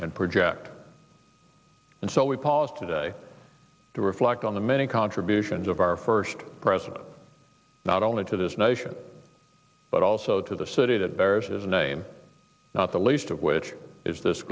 and project and so we pause today to reflect on the many contributions of our first president not only to this nation but also to the city that bears his name the least of which is this